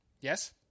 Yes